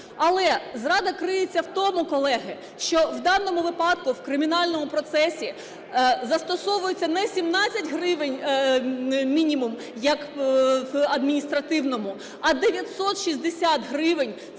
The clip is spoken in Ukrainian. Але зрада криється в тому, колеги, що в даному випадку в кримінальному процесі застосовується не 17 гривень мінімум як в адміністративному. А 960 гривень –